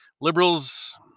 liberals